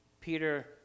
Peter